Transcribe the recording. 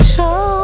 Show